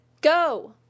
go